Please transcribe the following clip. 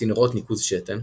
צינורות ניקוז שתן)